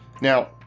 Now